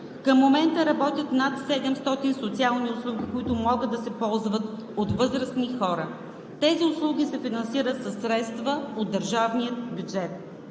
Към момента работят над 700 социални услуги, които могат да се ползват от възрастни хора. Тези услуги се финансират със средства от държавния бюджет.